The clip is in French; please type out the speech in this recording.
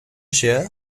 jeu